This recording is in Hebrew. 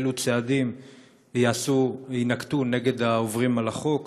אילו צעדים יינקטו נגד העוברים על החוק,